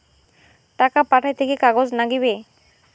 টাকা পাঠাইতে কি কাগজ নাগীবে?